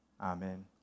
Amen